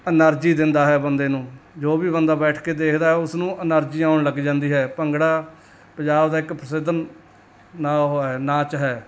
energy ਦਿੰਦਾ ਹੈ ਬੰਦੇ ਨੂੰ ਜੋ ਵੀ ਬੰਦਾ ਬੈਠ ਕੇ ਦੇਖਦਾ ਉਸਨੂੰ ਐਨਰਜੀ ਆਉਣ ਲੱਗ ਜਾਂਦੀ ਹੈ ਭੰਗੜਾ ਪੰਜਾਬ ਦਾ ਇੱਕ ਪ੍ਰਸਿੱਧ ਨਾ ਉਹ ਹੈ ਨਾਚ ਹੈ